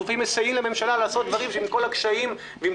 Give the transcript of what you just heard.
רוצים לסייע לממשלה לעשות דברים שעם כל הקשיים ועם